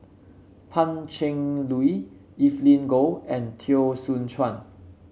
Pan Cheng Lui Evelyn Goh and Teo Soon Chuan